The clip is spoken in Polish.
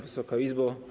Wysoka Izbo!